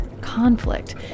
conflict